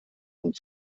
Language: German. und